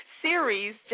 series